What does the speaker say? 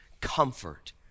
comfort